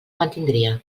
mantindria